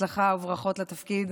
בהצלחה וברכות לתפקיד.